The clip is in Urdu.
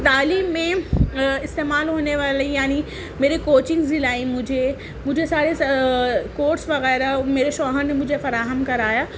تعلیم میں استعمال ہونے والی یعنی میری کوچنگ دلائیں مجھے مجھے سارے کورس وغیرہ میرے شوہر نے مجھے فراہم کرایا